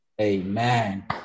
Amen